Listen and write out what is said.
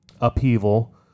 Upheaval